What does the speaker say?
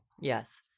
Yes